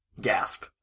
Gasp